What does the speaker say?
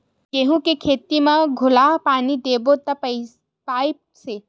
गेहूं के खेती म घोला पानी देबो के पाइप से?